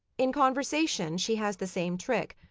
in conversation she has the same trick,